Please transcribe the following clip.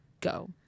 go